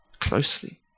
closely